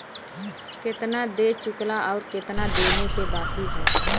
केतना दे चुकला आउर केतना देवे के बाकी हौ